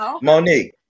Monique